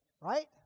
Right